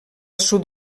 sud